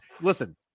Listen